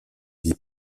vie